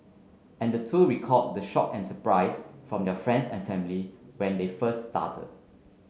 and the two recalled the shock and surprise from their friends and family when they first started